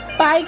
Bye